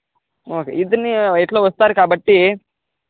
ఒకే ఇద్దరినీ ఎలాగో వస్తారు కాబట్టి